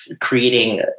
creating